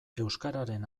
euskararen